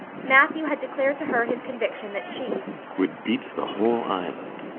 matthew had declared to her his conviction that she would beat the whole island.